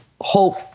hope